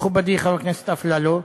מכובדי חבר הכנסת אלאלוף,